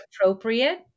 appropriate